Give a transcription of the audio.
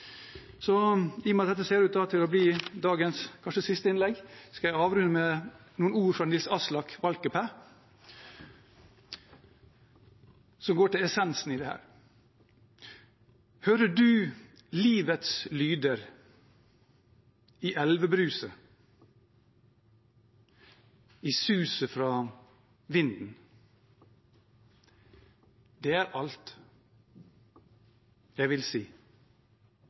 dette ser ut til å bli dagens kanskje siste innlegg, skal jeg avrunde med noen ord fra Nils-Aslak Valkeapää som går til essensen i dette: «Hører du livets lyder i elvebruset i suset fra vinden Det er alt jeg vil si